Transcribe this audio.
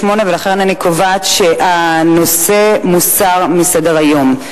8. לכן אני קובעת שהנושא מוסר מסדר-היום.